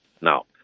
Now